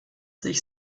sich